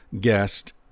guest